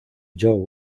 joe